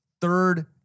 third